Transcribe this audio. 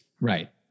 right